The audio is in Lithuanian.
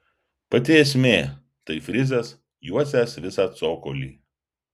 pati esmė tai frizas juosęs visą cokolį